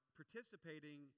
participating